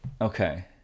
okay